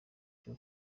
cyo